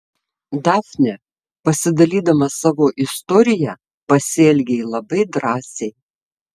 dafne pasidalydama savo istorija pasielgei labai drąsiai